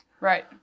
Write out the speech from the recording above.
Right